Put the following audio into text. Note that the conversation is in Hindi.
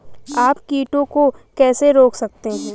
आप कीटों को कैसे रोक सकते हैं?